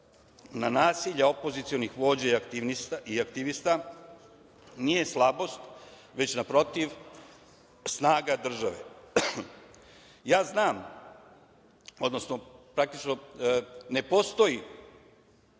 na nasilje opozicionih vođa i aktivista nije slabost, već naprotiv snaga države. Znam, odnosno praktično ne postoji